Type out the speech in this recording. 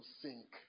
sink